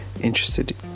interested